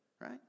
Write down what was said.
right